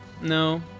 No